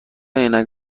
عینک